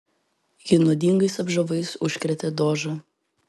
ji nuodingais apžavais užkrėtė dožą